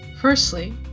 Firstly